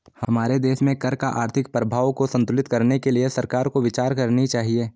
हमारे देश में कर का आर्थिक प्रभाव को संतुलित करने के लिए सरकार को विचार करनी चाहिए